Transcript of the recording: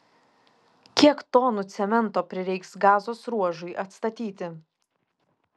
kiek tonų cemento prireiks gazos ruožui atstatyti